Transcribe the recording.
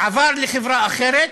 עבר לחברה אחרת,